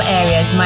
areas